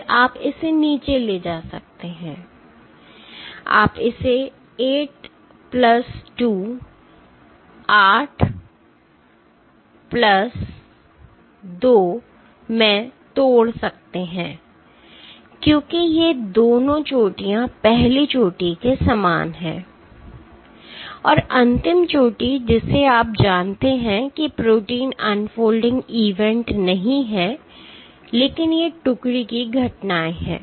फिर आप इसे नीचे ला सकते हैं आप इसे 8 प्लस 2 में तोड़ सकते हैं क्योंकि ये दोनों चोटियां पहली चोटी के समान हैं और अंतिम चोटी जिसे आप जानते हैं कि प्रोटीन अनफोल्डिंग इवेंट नहीं हैं लेकिन ये टुकड़ी की घटनाएँ हैं